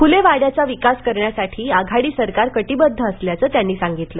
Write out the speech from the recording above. फूले वाङ्याचा विकास करण्यासाठी आघाडी सरकार कटिबद्ध असल्याचं र्यांनी साहितलं